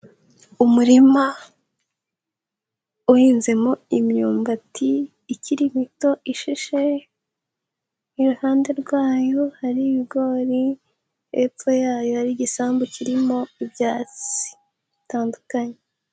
Umurima uhinzemo imyumbati ikiri mito ishishe, iruhande rwayo hari ibigori hepfo yayo hari igisambu kirimo ibyatsi bitandukanye.